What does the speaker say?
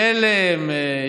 תלם,